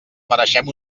mereixem